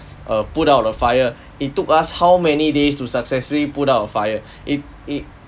uh put out a fire it took us how many days to successfully put out a fire it it